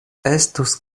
estus